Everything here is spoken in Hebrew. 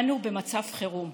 אנו במצב חירום,